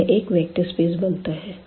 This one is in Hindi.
यह एक वेक्टर स्पेस बनता है